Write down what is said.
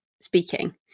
speaking